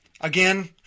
again